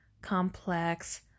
complex